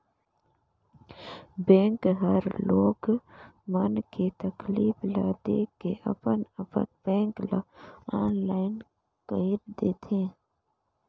bank हर लोग मन के तकलीफ ल देख के अपन अपन बेंक ल आनलाईन कइर देथे